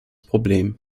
problem